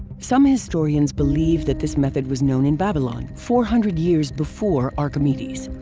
some historians believe that this method was known in babylon, four hundred years before archimedes.